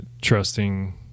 trusting